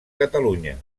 catalunya